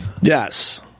yes